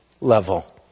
level